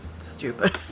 stupid